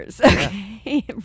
okay